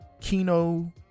Kino